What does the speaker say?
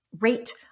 rate